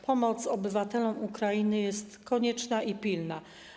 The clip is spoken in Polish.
Pomoc obywatelom Ukrainy jest konieczna i pilna.